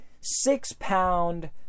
six-pound